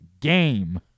game